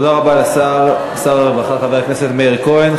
תודה רבה לשר הרווחה, חבר הכנסת מאיר כהן.